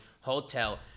Hotel